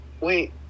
wait